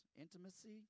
intimacy